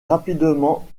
rapidement